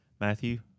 Matthew